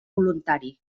voluntari